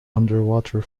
underwater